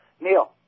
Neil